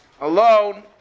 alone